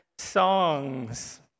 songs